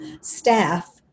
staff